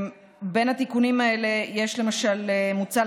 בין התיקונים האלה מוצע,